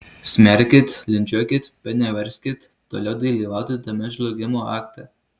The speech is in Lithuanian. smerkit linčiuokit bet neverskit toliau dalyvauti tame žlugimo akte